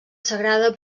sagrada